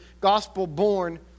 gospel-born